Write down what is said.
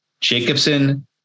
Jacobson